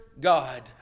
God